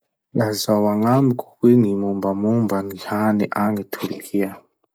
Lazao agnamiko hoe gny mombamomba gny hany agny Torkia?